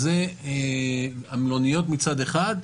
זה המלוניות מצד אחד,